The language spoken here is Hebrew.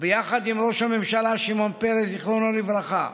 ביחד עם ראש הממשלה שמעון פרס, זיכרונו לברכה,